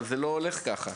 אבל זה לא הולך ככה.